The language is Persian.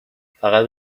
فقط